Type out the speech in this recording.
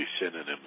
synonyms